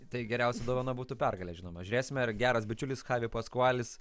tai geriausia dovana būtų pergalė žinoma žiūrėsime ar geras bičiulis chavi paskualis